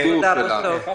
טוב, מספיק.